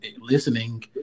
listening